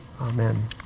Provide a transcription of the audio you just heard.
Amen